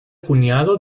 cuñado